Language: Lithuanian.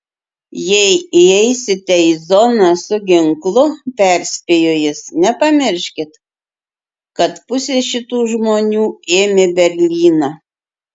jei įeisite į zoną su ginklu perspėjo jis nepamirškit kad pusė šitų žmonių ėmė berlyną